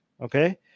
okay